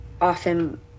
often